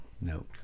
No